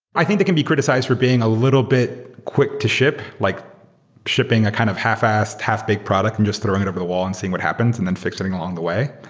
i think they can be criticized for being a little bit quick to ship, like shipping a kind of half-assed, has big product and just throwing it over the wall and seeing what happens and then fixing it along the way.